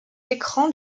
écrans